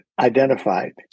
identified